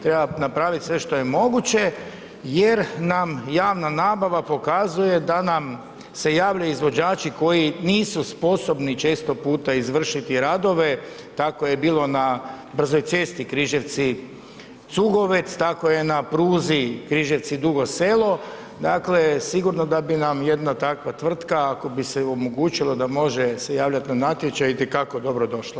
Treba napraviti sve što je moguće jer nam javna nabava pokazuje da nam se javljaju izvođači koji nisu sposobni često puta izvršiti radove, tako je bilo na brzoj cesti Križevci – Cugovec, tako je pruzi Križevci – Dugo Selo, dakle sigurno da bi nam jedna takva tvrtka ako bi se omogućilo da može se javljati na natječaj i te kako dobro došla.